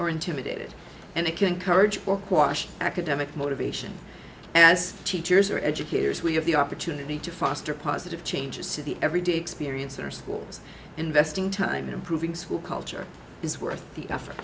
or intimidated and it can courage or quash academic motivation as teachers are educators we have the opportunity to foster positive changes to the everyday experience in our schools investing time in improving school culture is worth the effort